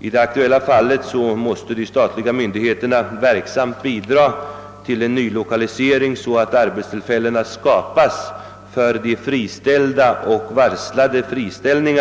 I det aktuella fallet måste de statliga myndigheterna verksamt bidra till nylokalisering, så att arbetstillfällen skapas för dem som friställts eller varslats om friställning.